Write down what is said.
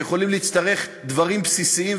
שלפעמים צריכים דברים בסיסיים,